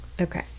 Okay